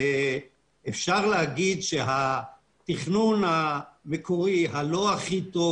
אפשר להגיד שהתכנון המקורי הלא הכי טוב